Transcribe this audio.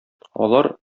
алар